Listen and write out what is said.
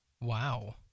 Wow